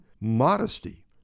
modesty